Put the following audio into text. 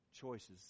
choices